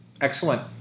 Excellent